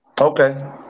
Okay